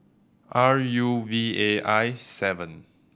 R U V A I seven